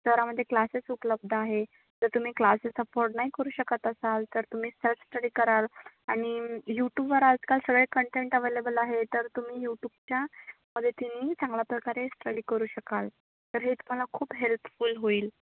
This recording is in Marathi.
शहरामध्ये क्लासेस उपलब्ध आहे जर तुम्ही क्लासेस अफॉर्ड नाही करू शकत असाल तर तुम्ही सेल्फ स्टडी कराल आणि यूट्यूबवर आजकाल सगळे कंटेंट अव्हेलेबल आहे तर तुम्ही यूटूबच्या मदतीने चांगल्या प्रकारे स्टडी करू शकाल तर हे तुम्हाला खूप हेल्पफुल होईल